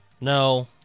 No